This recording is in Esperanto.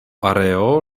areo